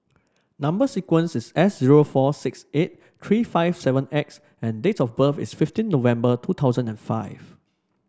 number sequence is S zero four six eight three five seven X and date of birth is fifteen November two thousand and five